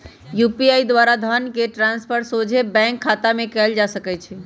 UPI द्वारा धन के ट्रांसफर सोझे बैंक खतामें कयल जा सकइ छै